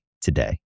today